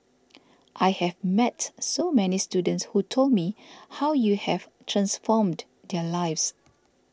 I have met so many students who told me how you have transformed their lives